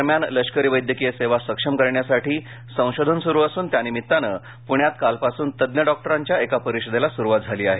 दरम्यान लष्करी वैद्यकीय सेवा सक्षम करण्यासाठी संशोधन सुरु असून त्यानिमित्ताने पृण्यात कालपासून तज्ञ डॉक्टरांच्या एका परिषदेला सुरुवात झाली आहे